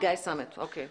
מי שהיה מנכ"ל.